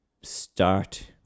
start